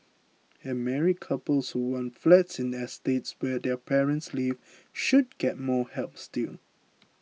and married couples who want flats in estates where their parents live should get more help still